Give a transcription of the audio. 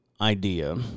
idea